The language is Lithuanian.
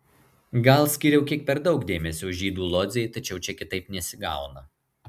gal skyriau kiek per daug dėmesio žydų lodzei tačiau čia kitaip nesigauna